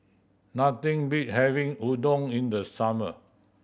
nothing beats having Udon in the summer